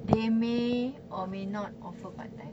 they may or may not offer part time